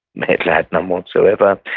hitler had none whatsoever.